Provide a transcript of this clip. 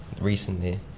Recently